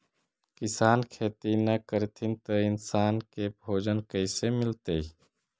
किसान खेती न करथिन त इन्सान के भोजन कइसे मिलतइ?